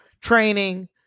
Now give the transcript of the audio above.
training